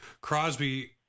Crosby